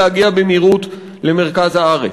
להגיע במהירות למרכז הארץ.